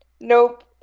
Nope